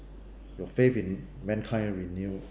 your faith in mankind renewed